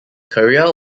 career